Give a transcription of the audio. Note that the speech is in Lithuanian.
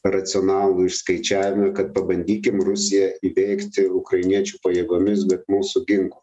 racionalų išskaičiavimą kad pabandykim rusiją įveikti ukrainiečių pajėgomis bet mūsų ginklais